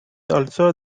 also